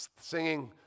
Singing